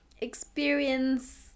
experience